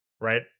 Right